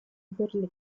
berlino